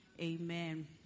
Amen